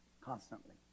constantly